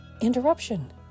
interruption